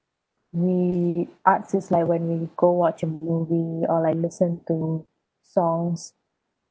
we arts is like when we go watch a movie or like listen to songs